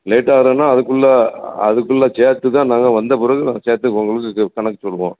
லேட்டாக வர்றதுன்னா அதுக்குள்ளே அதுக்குள்ளே சேர்த்து தான் நாங்கள் வந்தபிறகு நாங்கள் சேர்த்து உங்களுக்கு கணக்கு சொல்வோம்